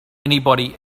anybody